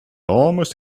almost